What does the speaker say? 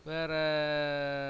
வேற